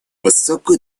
высокую